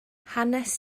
hanes